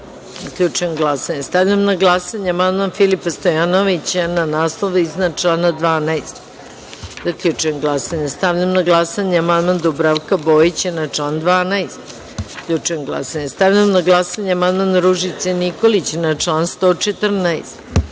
11.Zaključujem glasanje. Stavljam na glasanje amandman Filipa Stojanovića na naslov iznad člana 12.Zaključujem glasanje. Stavljam na glasanje amandman Dubravka Bojića na član 12.Zaključujem glasanje. Stavljam na glasanje amandman Ružice Nikolić na član